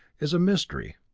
is a mystery.